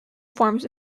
forms